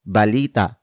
Balita